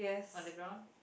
on the ground